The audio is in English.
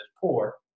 poor